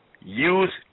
use